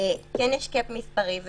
יש קאפ מספרי,